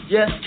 Yes